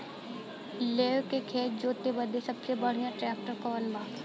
लेव के खेत जोते बदे सबसे बढ़ियां ट्रैक्टर कवन बा?